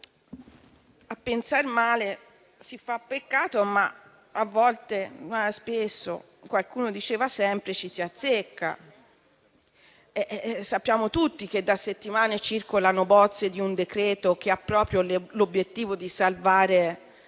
A pensar male si fa peccato, ma spesso - qualcuno diceva sempre - ci si azzecca. Sappiamo tutti che da settimane circolano bozze di un decreto che ha proprio l'obiettivo di salvare